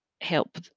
help